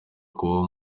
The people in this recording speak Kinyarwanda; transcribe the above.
kubaho